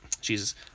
Jesus